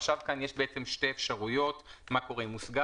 כאן יש שתי אפשרויות: מה קורה אם הושגה